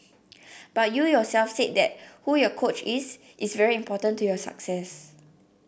but you yourself said that who your coach is is very important to your success